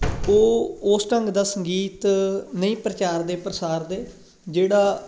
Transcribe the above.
ਉਹ ਉਸ ਢੰਗ ਦਾ ਸੰਗੀਤ ਨਹੀਂ ਪ੍ਰਚਾਰ ਦੇ ਪ੍ਰਸਾਰ ਦੇ ਜਿਹੜਾ